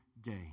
day